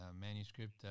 manuscript